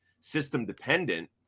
system-dependent